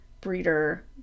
breeder